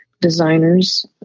designers